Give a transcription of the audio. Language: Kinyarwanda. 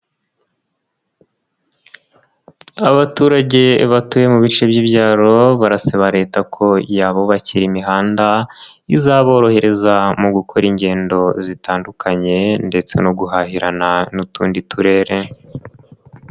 Abaturage batuye mu bice by'ibyaro barasaba Leta ko yabubakira imihanda izaborohereza mu gukora ingendo zitandukanye ndetse no guhahirana n'utundi turere.